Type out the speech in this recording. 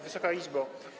Wysoka Izbo!